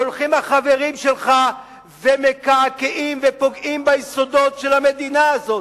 והולכים החברים שלך ומקעקעים ופוגעים ביסודות של המדינה הזאת.